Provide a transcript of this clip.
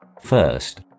First